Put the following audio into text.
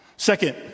Second